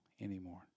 anymore